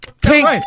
Pink